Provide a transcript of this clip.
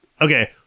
Okay